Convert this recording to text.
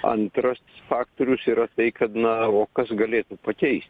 antras faktorius yra tai kad na o kas galėtų pakeist